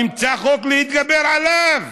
נמצא חוק להתגבר עליו.